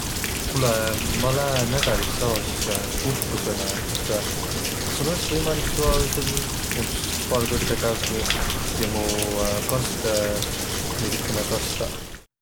Kuulõq, ma lää nädälis aos puhkusõlõ. Et sul olõs võimalik tuu ao joosul näütüses paar kõrda kävvüq ja mu kasvõ vedükene kastaq?